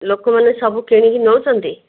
ଲୋକମାନେ ସବୁ କିଣିକି ନଉଛନ୍ତି